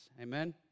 Amen